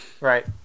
Right